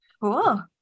Cool